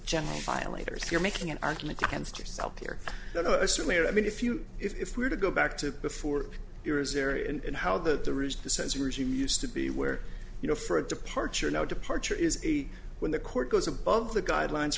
general violators you're making an argument against yourself here but i certainly i mean if you if were to go back to before yours area and how that the ridge the sensors you used to be where you know for a departure no departure is a when the court goes above the guidelines